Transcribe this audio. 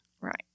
Right